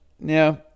now